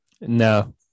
no